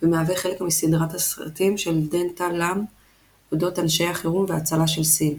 ומהווה חלק מסדרת הסרטים של דנטה לאם אודות אנשי החירום וההצלה של סין.